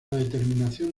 determinación